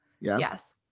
Yes